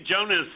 Jonas